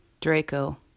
Draco